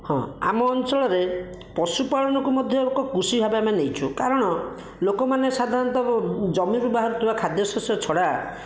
ହଁ ଆମ ଅଞ୍ଚଳରେ ପଶୁ ପାଳନକୁ ମଧ୍ୟ ଏକ କୃଷି ଭାବରେ ଆମେ ନେଇଛୁ କାରଣ ଲୋକମାନେ ସାଧାରଣତଃ ବ ଜମିରୁ ବାହାରୁ ଥିବା ଖାଦ୍ୟଶେଷ ଛଡ଼ା